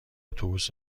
اتوبوس